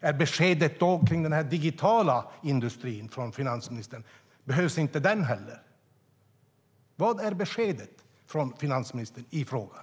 Är beskedet från finansministern att den digitala industrin inte heller behövs? Vad är beskedet från finansministern i frågan?